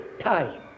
time